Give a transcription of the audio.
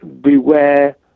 beware